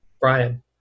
Brian